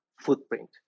footprint